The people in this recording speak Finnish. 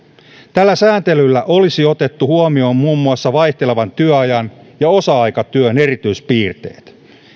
tällä sääntelyllä olisi otettu huomioon muun muassa vaihtelevan työajan ja osa aikatyön erityispiirteet